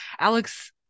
alex